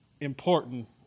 important